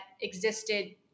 existed